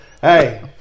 hey